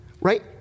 right